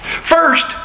First